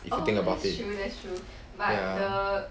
if you think about it ya